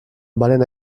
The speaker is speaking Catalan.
varen